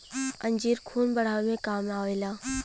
अंजीर खून बढ़ावे मे काम आवेला